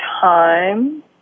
time